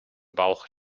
bauch